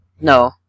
No